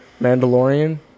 Mandalorian